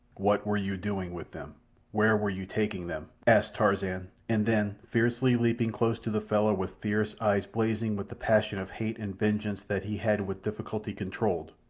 what were you doing with them where were you taking them? asked tarzan, and then fiercely, leaping close to the fellow with fierce eyes blazing with the passion of hate and vengeance that he had with difficulty controlled,